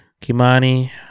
Kimani